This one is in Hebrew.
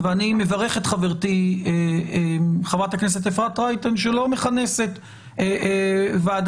ואני מברך את חברתי חברת הכנסת אפרת רייטן שלא מכנסת ועדת